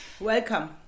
Welcome